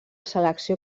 selecció